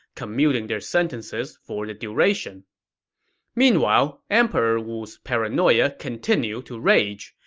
commuting their sentences for the duration meanwhile, emperor wu's paranoia continued to rage.